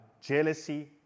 jealousy